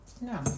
No